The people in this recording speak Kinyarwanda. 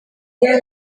imbere